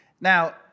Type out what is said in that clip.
Now